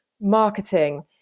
marketing